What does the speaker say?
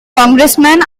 congressman